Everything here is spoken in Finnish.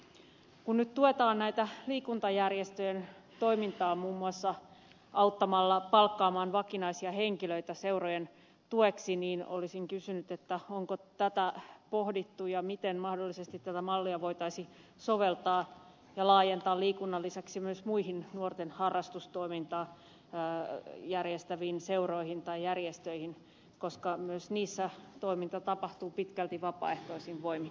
kun nyt tuetaan liikuntajärjestöjen toimintaa muun muassa auttamalla palkkaamaan vakinaisia henkilöitä seurojen tueksi niin olisin kysynyt onko tätä pohdittu ja miten mahdollisesti tätä mallia voitaisiin soveltaa ja laajentaa liikunnan lisäksi myös muihin nuorten harrastustoimintaa järjestäviin seuroihin tai järjestöihin koska myös niissä toiminta tapahtuu pitkälti vapaaehtoisin voimin